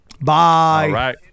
Bye